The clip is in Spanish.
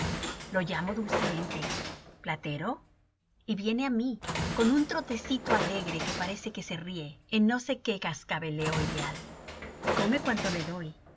lo llamo dulcemente platero y viene á mí con un trotecillo alegre que parece que se ríe en no sé qué cascabeleo ideal come cuanto le doy le